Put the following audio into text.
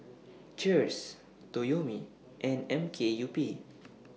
Cheers Toyomi and M K U P